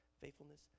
faithfulness